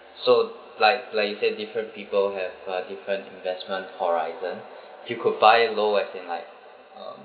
so like like you said different people have uh different investment horizon you could buy low as in like um